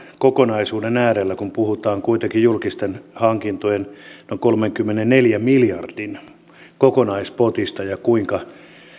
kokonaisuuden äärellä kun puhutaan kuitenkin julkisten hankintojen noin kolmenkymmenenneljän miljardin kokonaispotista ja siitä kuinka